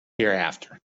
hereafter